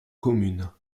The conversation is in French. communes